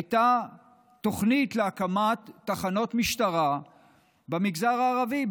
הייתה תוכנית להקמת תחנות משטרה במגזר הערבי,